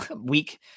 week